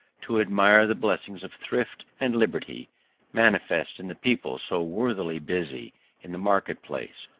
to admire the blessings of thrift and liberty manifest in the people so worthily busy in the market-place,